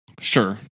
Sure